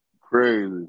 Crazy